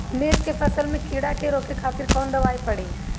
मिर्च के फसल में कीड़ा के रोके खातिर कौन दवाई पड़ी?